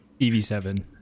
EV7